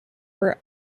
were